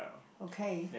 okay